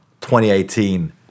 2018